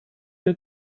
der